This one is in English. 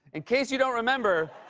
in case you don't remember.